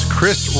Chris